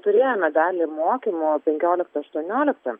turėjome dalį mokymų penkioliktą aštuonioliktą